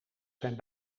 zijn